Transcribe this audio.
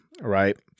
Right